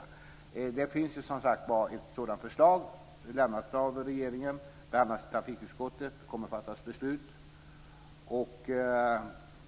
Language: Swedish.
När det gäller den andra diskussionen finns det, som sagt, ett sådant förslag från regeringen som har behandlats av trafikutskottet. Det kommer att fattas ett beslut, och